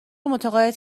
متعاقد